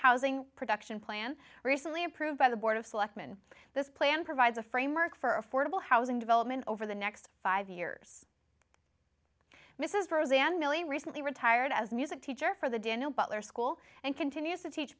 housing production plan recently approved by the board of selectmen this plan provides a framework for affordable housing development over the next five years mrs rose and millie recently retired as a music teacher for the general butler school and continues to teach